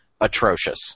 atrocious